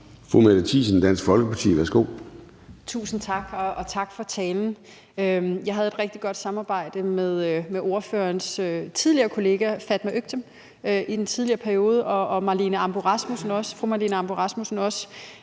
Mette Thiesen (DF): Tusind tak. Og tak for talen. Jeg havde et rigtig godt samarbejde med ordførerens tidligere kollega Fatma Øktem, i den tidligere periode, og også fru Marlene Ambo-Rasmussen i